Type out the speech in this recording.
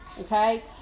okay